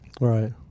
Right